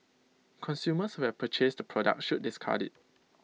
consumers who have purchased the product should discard IT